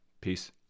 Peace